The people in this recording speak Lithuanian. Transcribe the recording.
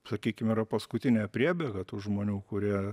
sakykim yra paskutinė priebėga tų žmonių kurie